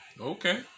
Okay